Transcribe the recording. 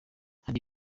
hari